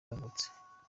yavutse